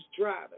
driving